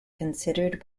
considered